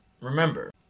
remember